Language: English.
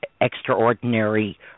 extraordinary